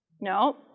No